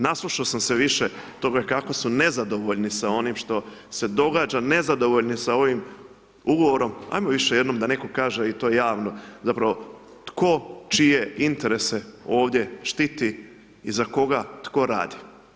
Naslušao sam se više toga kako su nezadovoljni sa onim što se događa, nezadovoljni sa ovim ugovorom, ajmo više jednom da netko kaže i to javno zapravo, tko, čije interese ovdje štiti i za koga tko radi?